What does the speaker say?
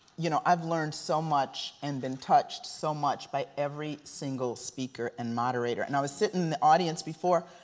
you know i've learned so much and been touched so much by every single speaker and moderator. and i was sitting in the audience before,